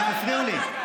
הם הפריעו לי.